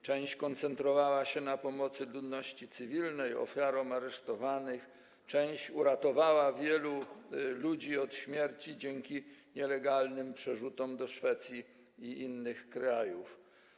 Część koncentrowała się na pomocy ludności cywilnej, ofiarom i aresztowanym, część uratowała wielu ludzi od śmierci dzięki nielegalnym przerzutom do Szwecji i innych krajów.